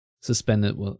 suspended